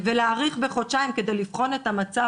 ולהאריך בחודשיים כדי להעריך את המצב,